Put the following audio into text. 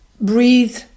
breathe